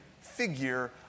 figure